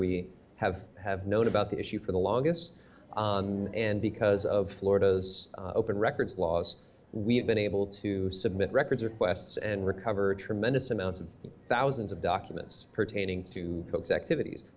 we have have known about the issue for the longest on and because of florida's open records laws we have been able to submit records requests and recover tremendous amounts of thousands of documents pertaining to folks activities